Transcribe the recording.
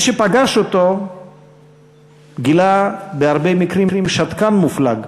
מי שפגש אותו גילה בהרבה מקרים שתקן מופלג.